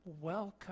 welcome